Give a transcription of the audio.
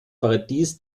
paradies